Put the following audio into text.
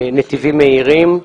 נתיבים מהירים.